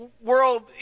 world